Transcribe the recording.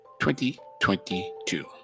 2022